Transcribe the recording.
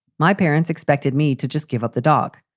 my parents expected me to just give up the dog.